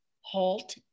halt